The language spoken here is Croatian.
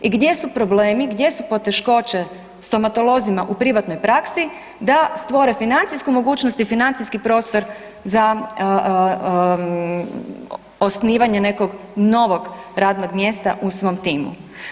I gdje su problemi, gdje su poteškoće stomatolozima u privatnoj praksi da stvore financijsku mogućnost i financijski prostor za osnivanje nekog novog radnog mjesta u svom timu.